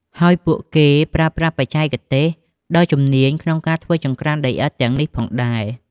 ហើយពួកគេបានប្រើប្រាស់បច្ចេកទេសដ៏ជំនាញក្នុងការធ្វើចង្ក្រានដីឥដ្ឋទាំងនេះផងដែរ។